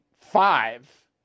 five